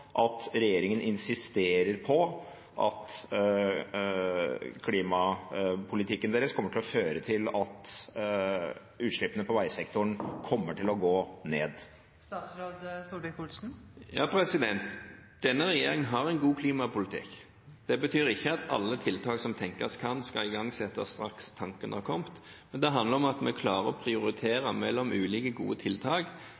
at regjeringen insisterer på at klimapolitikken deres vil føre til at utslippene på veisektoren kommer til å gå ned. Denne regjeringen har en god klimapolitikk. Det betyr ikke at alle tiltak som tenkes kan, skal igangsettes straks tanken har kommet. Det handler om at vi klarer å